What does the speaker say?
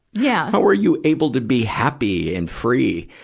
yeah how are you able to be happy and free?